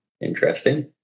interesting